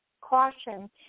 caution